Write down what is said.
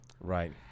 right